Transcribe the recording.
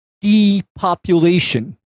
Depopulation